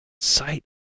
sight